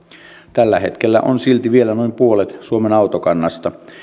tällä hetkellä silti vielä noin puolet suomen autokannasta on